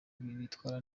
bitwara